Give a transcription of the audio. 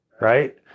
right